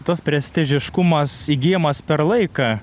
tas prestežiškumas įgyjamas per laiką